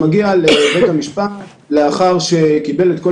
הוא מגיע לבית המשפט לאחר שקיבל את כל